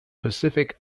pacific